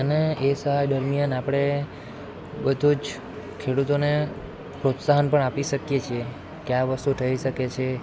અને એ સહાય દરમિયાન આપણે બધું જ ખેડૂતોને પ્રોત્સાહન પણ આપી શકીએ છીએ કે આ વસ્તુ થઈ શકે છે